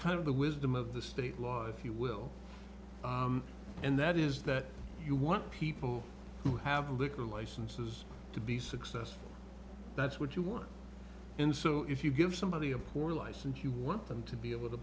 kind of the wisdom of the state law if you will and that is that you want people who have liquor licenses to be successful that's what you want and so if you give somebody a poor license you want them to